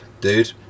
dude